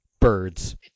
Birds